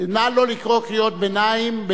נא לא לקרוא קריאות ביניים,